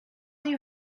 you